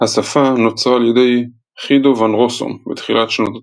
השפה נוצרה על ידי חידו ואן רוסום בתחילת שנות התשעים,